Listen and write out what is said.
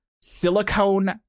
silicone